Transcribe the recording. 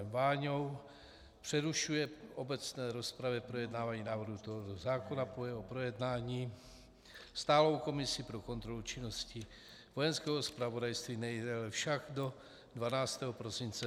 Váňou přerušuje v obecné rozpravě projednávání návrhu tohoto zákona do jeho projednání stálou komisí pro kontrolu činnosti Vojenského zpravodajství, nejdéle však do 12. prosince 2016.